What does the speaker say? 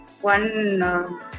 one